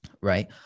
right